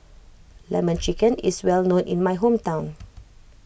Lemon Chicken is well known in my hometown